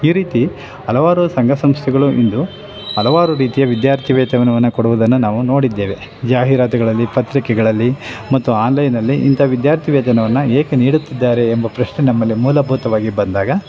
ಈ ರೀತಿ ಹಲವಾರು ಸಂಘ ಸಂಸ್ಥೆಗಳು ಇಂದು ಹಲವಾರು ರೀತಿಯ ವಿದ್ಯಾರ್ಥಿ ವೇತನವನ್ನು ಕೊಡುವುದನ್ನು ನಾವು ನೋಡಿದ್ದೇವೆ ಜಾಹೀರಾತುಗಳಲ್ಲಿ ಪತ್ರಿಕೆಗಳಲ್ಲಿ ಮತ್ತು ಆನ್ಲೈನನಲ್ಲಿ ಇಂತ ವಿದ್ಯಾರ್ಥಿ ವೇತನವನ್ನು ಏಕೆ ನೀಡುತ್ತಿದ್ದಾರೆ ಎಂಬ ಪ್ರಶ್ನೆ ನಮ್ಮಲ್ಲಿ ಮೂಲಭೂತವಾಗಿ ಬಂದಾಗ